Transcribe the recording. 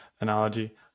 analogy